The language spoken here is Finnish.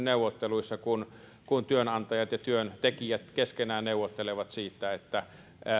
neuvotteluissa kun työnantajat ja työntekijät keskenään neuvottelevat siitä